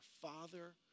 Father